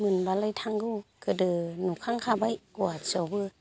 मोनबालाय थांगौ गोदो नुखांखाबाय गुवाहाटिआवबो